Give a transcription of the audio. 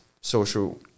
social